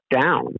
down